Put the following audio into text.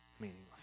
meaningless